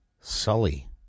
Sully